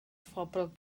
phobl